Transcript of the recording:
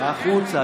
החוצה.